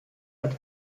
als